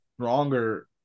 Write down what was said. stronger